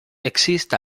exists